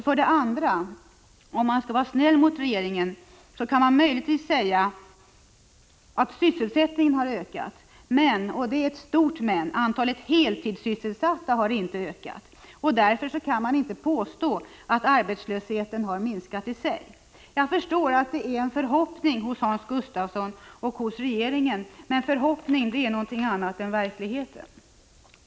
För det andra kan man, om man skall vara snäll mot regeringen, möjligtvis säga att sysselsättningen har ökat, men — och det är ett stort men — antalet heltidssysselsatta har inte ökat. Därför kan man inte påstå att arbetslösheten har minskat i sig. Jag förstår att det är en förhoppning hos Hans Gustafsson och hos regeringen, men förhoppning är något annat än verklighet.